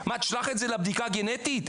תשלח את זה לבדיקה גנטית,